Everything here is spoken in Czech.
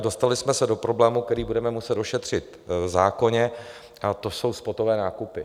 Dostali jsme se do problému, který budeme muset ošetřit v zákoně, a to jsou spotové nákupy.